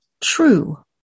true